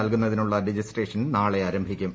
നൽകുന്നതിനുള്ള രജിസ്ട്രേഷൻ നാളെ ആരംഭിക്കും